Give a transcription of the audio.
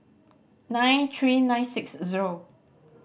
nine three nine six zero